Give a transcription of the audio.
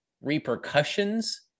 repercussions